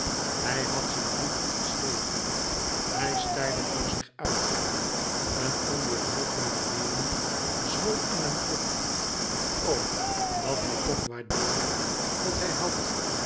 hij had zijn brieven geschreven hij staarde voor zich uit een onweêrhoudbare weemoed zwol in hem op o dat hij toch waardeerde wat hij had